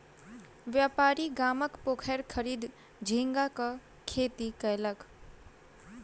व्यापारी गामक पोखैर खरीद झींगा के खेती कयलक